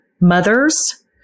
mothers